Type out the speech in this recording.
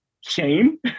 shame